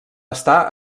està